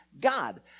God